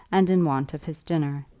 and in want of his dinner.